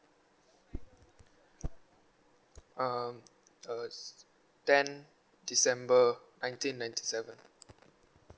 um uh ten december nineteen ninety seven